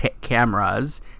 cameras